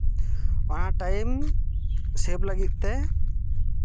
ᱚᱱᱟ ᱴᱟᱭᱤᱢ ᱥᱮᱹᱵᱷ ᱞᱟᱹᱜᱤᱫ ᱛᱮ